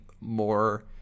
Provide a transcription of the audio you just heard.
more